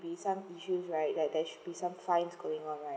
be some issues right that there shouldn't be some fines going on right